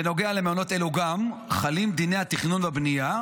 גם בנוגע למעונות אלו חלים דיני התכנון והבנייה,